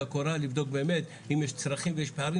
הקורה ולבדוק אם יש צרכים ואם יש פערים.